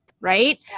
right